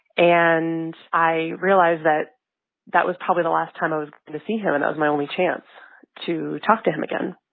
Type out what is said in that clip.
and i realized that that was probably the last time i was going to see him, and that was my only chance to talk to him again.